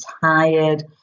tired